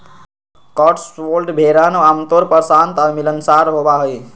Cotswold भेड़वन आमतौर पर शांत और मिलनसार होबा हई